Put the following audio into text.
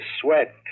sweat